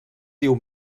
diu